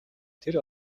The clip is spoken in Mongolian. тэр